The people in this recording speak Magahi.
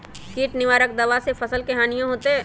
किट निवारक दावा से फसल के हानियों होतै?